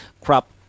crop